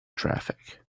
traffic